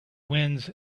winds